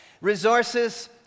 resources